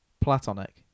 Platonic